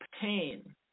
pain